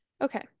okay